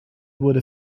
wurde